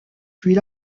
puis